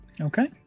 Okay